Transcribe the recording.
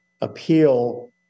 appeal